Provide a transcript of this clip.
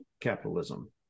capitalism